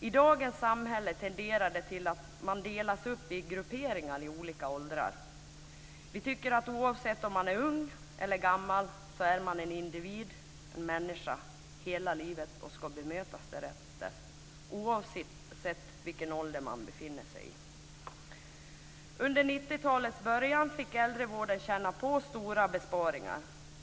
I dagens samhälle finns det en tendens att dela upp folk i grupperingar i olika åldrar. Oavsett om man är ung eller om man är gammal är man, tycker vi, en individ, en människa, hela livet och man ska bemötas därefter, oavsett ålder. Under 90-talets början fick äldrevården kännas vid stora besparingar.